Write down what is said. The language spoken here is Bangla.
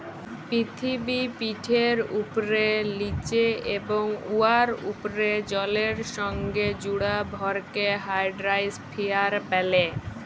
পিথিবীপিঠের উপ্রে, লিচে এবং উয়ার উপ্রে জলের সংগে জুড়া ভরকে হাইড্রইস্ফিয়ার ব্যলে